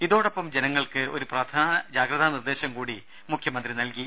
ഇതോടൊപ്പം ജനങ്ങൾക്ക് ഒരു പ്രധാന ജാഗ്രതാ നിർദേശം കൂടി മുഖ്യമന്ത്രി നൽകി